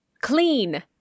clean